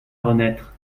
renaître